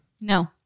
no